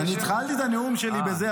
אז אני התחלתי את הנאום שלי בזה,